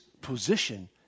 position